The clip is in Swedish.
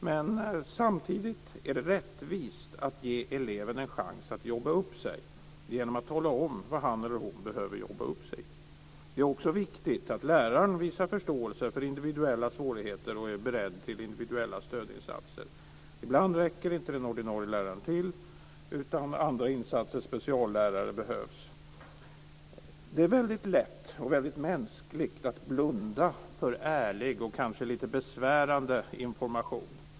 Men samtidigt är det rättvist att ge eleven en chans att jobba upp sig genom att tala om vad han eller hon behöver jobba upp sig i. Det är också viktigt att läraren visar förståelse för individuella svårigheter och är beredd till individuella stödinsatser. Ibland räcker inte den ordinarie läraren till utan andra insatser, som speciallärare, behövs. Det är väldigt lätt och väldigt mänskligt att blunda för ärlig och kanske lite besvärande information.